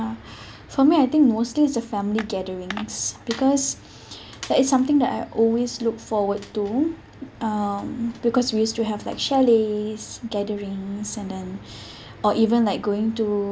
ya for me I think mostly it's the family gatherings because that is something that I always look forward to um because we used to have like chalets gatherings and then or even like going to